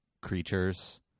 creatures